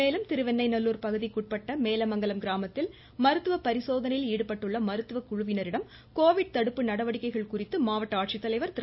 மேலும் திருவெண்ணெய் நல்லூர் பகுதிக்கு உட்பட்ட மேலமங்கலம் கிராமத்தில் மருத்துவ பரிசோதனையில் ஈடுபட்டுள்ள மருத்துவக்குழுவினரிடம் கோவிட் நடவடிக்கைகள் தடுப்பு குறித்து மாவட்ட ஆட்சித்தலைவா் திரு